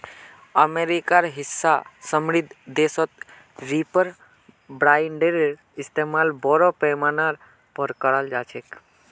अमेरिकार हिस्सा समृद्ध देशत रीपर बाइंडरेर इस्तमाल बोरो पैमानार पर कराल जा छेक